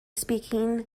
speaking